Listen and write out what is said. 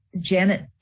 Janet